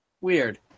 weird